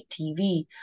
TV